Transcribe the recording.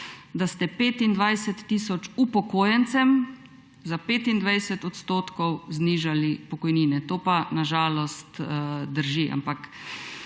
da ste 25 tisoč upokojencem za 25 % znižali pokojnine. To pa na žalost drži. Ampak